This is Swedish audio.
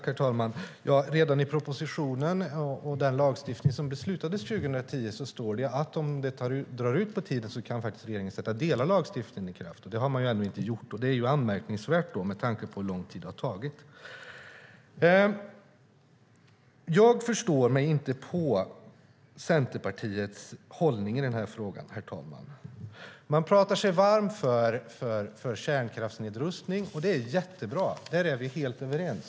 Herr talman! Ja, redan i propositionen och den lagstiftning som beslutades 2010 står det att om det drar ut på tiden kan regeringen sätta delar av lagstiftningen i kraft. Det har man ännu inte gjort, och det är anmärkningsvärt med tanke på hur lång tid det har tagit. Jag förstår mig inte på Centerpartiets hållning i den här frågan, herr talman. Man talar sig varm för kärnkraftsnedrustning, och det är jättebra - här är vi helt överens.